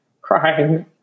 crying